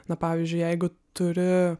na pavyzdžiui jeigu turi